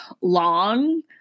long